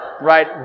Right